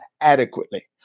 adequately